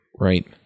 right